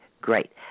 great